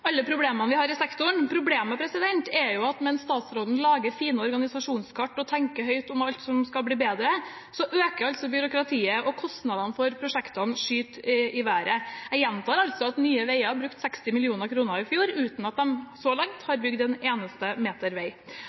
alle problemene vi har i sektoren. Problemet er at mens statsråden lager fine organisasjonskart og tenker høyt om alt som skal bli bedre, øker byråkratiet, og kostnadene for prosjektene skyter i været. Jeg gjentar at Nye Veier brukte 60 mill. kr i fjor, uten at de så langt har bygd en eneste meter vei.